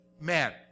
men